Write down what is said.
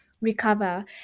Recover